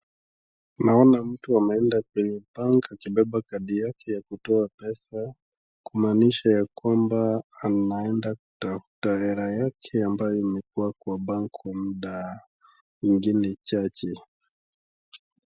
Naona mtu ameenda kwenye bank akibeba card yake ya kutoa pesa kumaanisha ya kwamba anaenda kutafuta hela yake ambayo imekuwa kwa bank kwa muda mwingine chache.